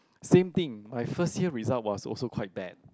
same thing my first year result was also quite bad